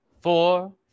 Four